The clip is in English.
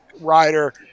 rider